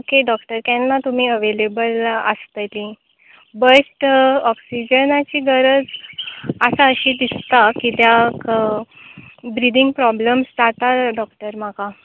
okay doctor केन्ना तुमी available आसतली बट ऑक्सिजनाची गरज आसा अशी दिसता किद्याक ब्रिदींग प्रॉब्लम्स जाता डॉक्टर म्हाका